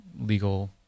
legal